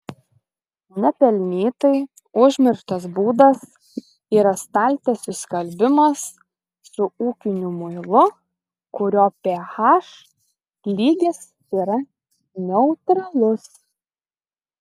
nepelnytai užmirštas būdas yra staltiesių skalbimas su ūkiniu muilu kurio ph lygis yra neutralus